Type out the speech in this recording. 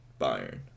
Bayern